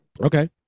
Okay